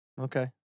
Okay